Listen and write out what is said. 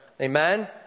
Amen